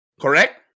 Correct